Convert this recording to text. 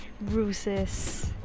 bruises